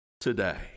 today